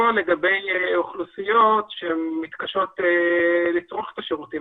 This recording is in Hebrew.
או לגבי אוכלוסיות שמתקשות לצרוך את השירותים